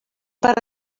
per